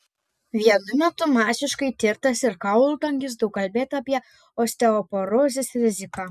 vienu metu masiškai tirtas ir kaulų tankis daug kalbėta apie osteoporozės riziką